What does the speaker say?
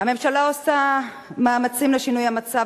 הממשלה עושה מאמצים לשינוי המצב,